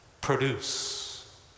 produce